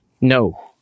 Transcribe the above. No